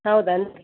ಹೌದೇನ್ರಿ